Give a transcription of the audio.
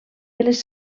les